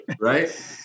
Right